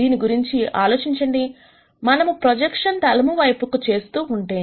దీని గురించి ఆలోచించండి మనము ప్రొజెక్షన్ తలము వైపుకు చేస్తూ ఉంటే